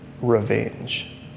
revenge